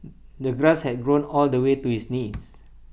the grass had grown all the way to his knees